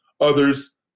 Others